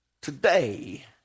Today